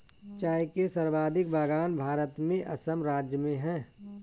चाय के सर्वाधिक बगान भारत में असम राज्य में है